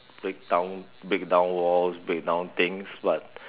break down break down walls break down things but